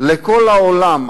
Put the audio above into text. לכל העולם,